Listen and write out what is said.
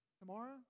Tomorrow